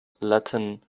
latin